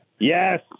Yes